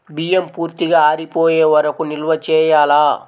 బియ్యం పూర్తిగా ఆరిపోయే వరకు నిల్వ చేయాలా?